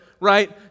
right